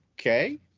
okay